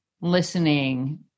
listening